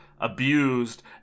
abused